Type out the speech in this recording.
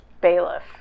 Bailiff